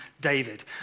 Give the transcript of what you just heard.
David